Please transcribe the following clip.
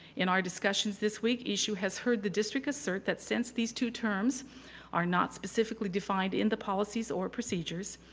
in our discussions this week, issu has heard the district assert that since these two terms are not specifically defined in the policies or procedures,